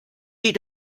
you